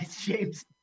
James